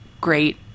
great